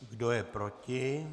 Kdo je proti?